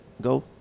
go